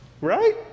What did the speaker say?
Right